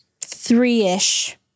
three-ish